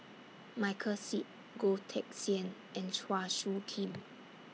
Michael Seet Goh Teck Sian and Chua Soo Khim